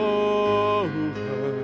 over